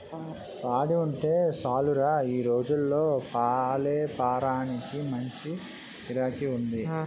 పాడి ఉంటే సాలురా ఈ రోజుల్లో పాలేపారానికి మంచి గిరాకీ ఉంది